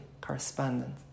correspondent